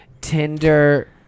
tinder